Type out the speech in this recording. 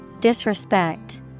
Disrespect